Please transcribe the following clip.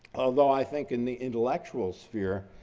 although i think in the intellectual's fear,